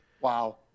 Wow